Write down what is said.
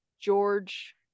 George